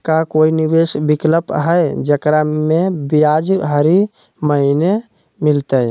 का कोई निवेस विकल्प हई, जेकरा में ब्याज हरी महीने मिलतई?